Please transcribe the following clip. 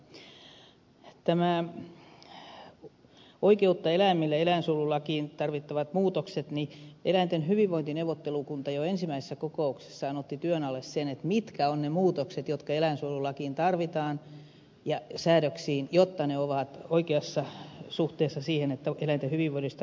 näistä oikeutta eläimille yhdistyksen esittämistä eläinsuojelulakiin tarvittavista muutoksista totean että tuotantoeläinten hyvinvoinnin neuvottelukunta jo ensimmäisessä kokouksessaan otti työn alle sen mitkä ovat ne muutokset jotka eläinsuojelulakiin ja säädöksiin tarvitaan jotta ne ovat oikeassa suhteessa siihen että eläinten hyvinvoinnista voidaan huolehtia